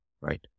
right